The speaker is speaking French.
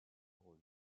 rôle